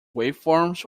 waveforms